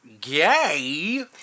gay